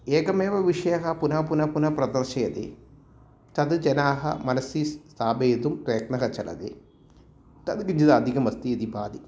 एकमेव विषयः पुनः पुनः पुनः प्रदर्शयति तद् जनाः मनसि स्थापयितुं प्रयत्नः चलति तद् किञ्चित् अधिकम् अस्ति इति भाति